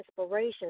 inspiration